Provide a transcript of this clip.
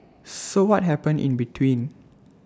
so what happened in between